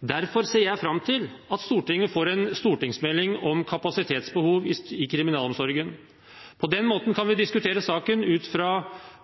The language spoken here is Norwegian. Derfor ser jeg fram til at Stortinget får en stortingsmelding om kapasitetsbehov i kriminalomsorgen. På den måten kan vi diskutere saken ut fra